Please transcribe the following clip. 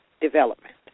development